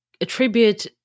Attribute